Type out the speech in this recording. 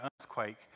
earthquake